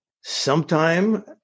sometime